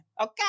okay